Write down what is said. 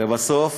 לבסוף,